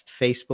Facebook